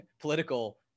political